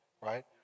right